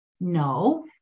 No